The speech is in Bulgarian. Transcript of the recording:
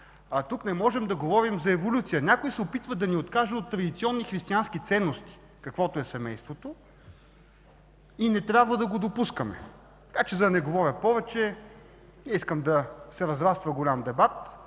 Тук не можем да говорим за еволюция. Някой се опитва да ни откаже от традиционни християнски ценности, каквото е семейството, и не трябва да го допускаме. И за да не говоря повече, не искам да се разраства голям дебат,